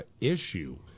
issue